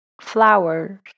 flowers